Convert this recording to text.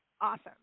awesome